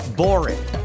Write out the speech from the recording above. boring